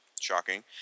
Shocking